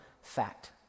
fact